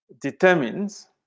determines